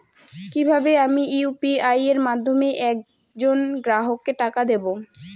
কিভাবে আমি ইউ.পি.আই এর মাধ্যমে এক জন গ্রাহককে টাকা দেবো?